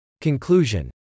conclusion